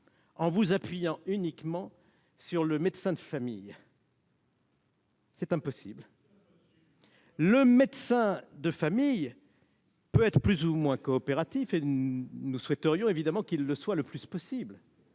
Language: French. en vous appuyant uniquement sur le médecin de famille ? C'est impossible. Absolument ! Le médecin de famille peut être plus ou moins coopératif- nous souhaiterions évidemment qu'il le soit le plus possible.